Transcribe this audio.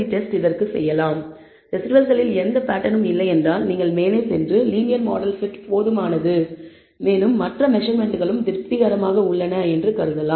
ரெஸிடுவல்களில் எந்த பேட்டர்னும் இல்லை என்றால் நீங்கள் மேலே சென்று லீனியர் மாடல் fit போதுமானது மேலும் மற்ற மெசர்மென்ட்களும் திருப்திகரமாக உள்ளன என்று கருதலாம்